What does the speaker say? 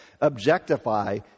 objectify